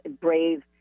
brave